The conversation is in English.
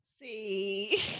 see